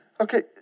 okay